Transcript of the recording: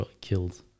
killed